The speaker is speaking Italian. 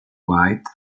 white